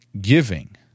giving